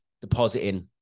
depositing